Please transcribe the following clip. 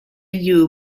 you